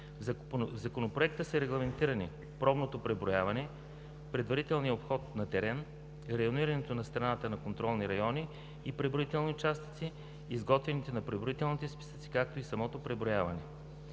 В Законопроекта са регламентирани пробното преброяване, предварителния обход на терен, районирането на страната на контролни райони и преброителни участъци, изготвянето на преброителните списъци, както и самото преброяване.